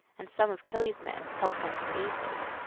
and some of kelly's men helped them to eat it.